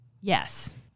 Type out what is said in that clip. Yes